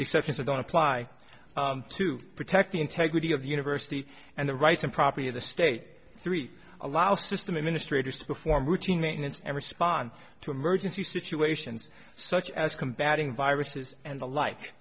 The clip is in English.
exceptions are going to apply to protect the integrity of the university and the rights and property of the state three allow system administrators to perform routine maintenance and respond to emergency situations such as combating viruses and the like